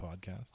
podcast